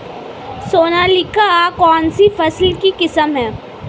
सोनालिका कौनसी फसल की किस्म है?